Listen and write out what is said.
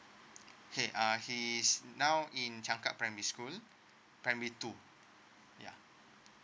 okay uh his now in changkat primary school primary two ya